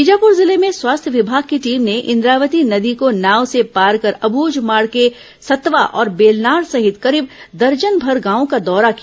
बीजापुर जिले में स्वास्थ्य विभाग की टीम ने इंद्रावती नदी को नाव से पार कर अब्झमाड़ के सतवा और बेलनार सहित करीब दर्जनभर गांवों का दौरा किया